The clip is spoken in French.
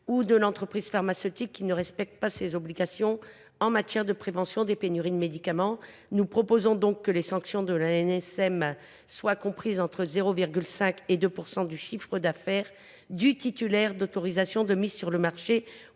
ou de l’entreprise pharmaceutique qui ne respecte pas ses obligations en matière de prévention des pénuries du médicament. Nous proposons donc que les sanctions prononcées par l’ANSM soient comprises entre 0,5 % et 2 % du chiffre d’affaires du titulaire de l’AMM ou de l’entreprise